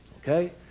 Okay